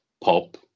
Pop